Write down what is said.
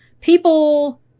People